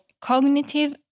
cognitive